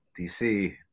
DC